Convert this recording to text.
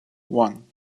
one